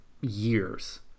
years